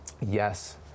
Yes